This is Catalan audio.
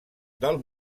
del